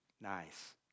nice